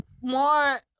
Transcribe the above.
more